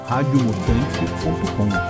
Radiomutante.com